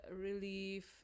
relief